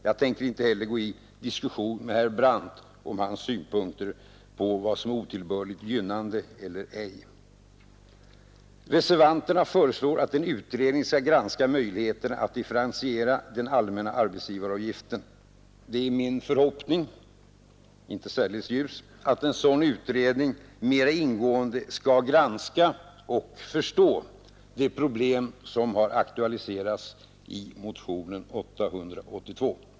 Jag tänker inte heller ta upp en diskussion med herr Brandt om hans synpunkter på vad som är otillbörligt gynnande eller ej. Reservanterna föreslår att en utredning skall undersöka möjligheterna att differentiera den allmänna arbetsgivaravgiften. Det är min förhoppning, även om den inte är särdeles ljus, att en sådan utredning mera ingående skall granska — och förstå — det problem som har aktualiserats i motionen 882.